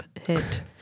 hit